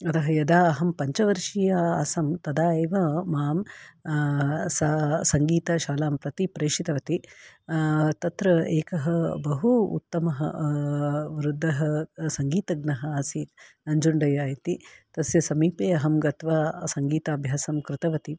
अतः यदा अहं पञ्चवर्षीया आसं तदा एव मां सा सङ्गीतशालां प्रति प्रेषितवती तत्र एकः बहु उत्तमः वृद्धः सङ्गीतज्ञः आसीत् नञ्जुण्डया इति तस्य समीपे अहं गत्वा सङ्गीताभ्यासं कृतवती